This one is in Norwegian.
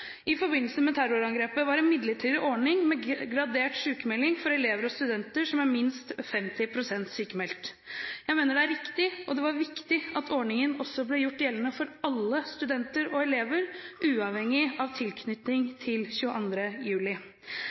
i forbindelse med terrorangrepet, var en midlertidig ordning med gradert sykmelding for elever og studenter som er minst 50 pst. sykmeldt. Jeg mener det er riktig, og det var viktig at ordningen ble gjort gjeldende for alle studenter og elever, uavhengig av tilknytning til 22. juli.